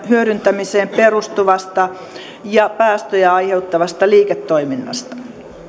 hyödyntämiseen perustuvasta ja päästöjä aiheuttavasta liiketoiminnasta